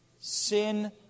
sin